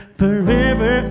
forever